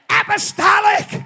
apostolic